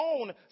own